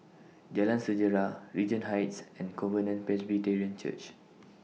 Jalan Sejarah Regent Heights and Covenant Presbyterian Church